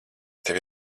tevi